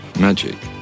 Magic